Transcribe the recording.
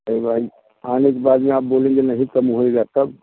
भाई आने के बाद में आप बोलेंगे नहीं कम होएगा तब